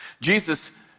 Jesus